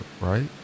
right